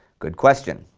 good question.